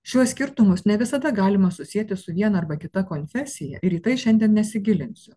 šiuos skirtumus ne visada galima susieti su viena arba kita konfesija ir į tai šiandien nesigilinsiu